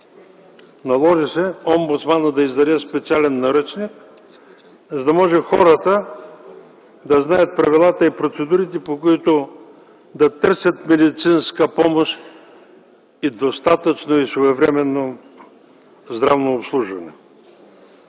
наложи омбудсманът да издаде специален наръчник, за да може хората да знаят правилата и процедурите, по които да търсят медицинска помощ и достатъчно и своевременно здравно обслужване.